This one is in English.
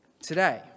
today